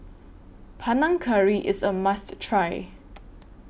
Panang Curry IS A must Try